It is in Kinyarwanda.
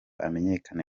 amenyekane